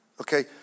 Okay